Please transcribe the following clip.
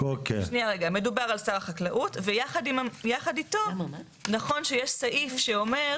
מדובר על שר החקלאות ויחד איתו נכון שיש סעיף שאומר